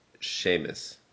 Seamus